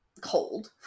Cold